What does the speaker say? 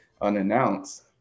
unannounced